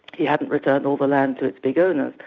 he hadn't returned all the land to its big owners,